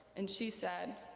and she said,